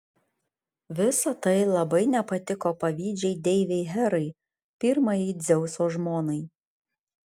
visa tai labai nepatiko pavydžiai deivei herai pirmajai dzeuso žmonai